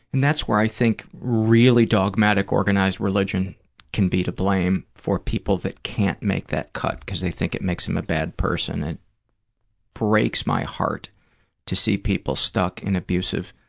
and that's where i think really dogmatic organized religion can be to blame for people that can't make that cut, because they think it makes them a bad person. it breaks my heart to see people stuck in abusive